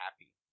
happy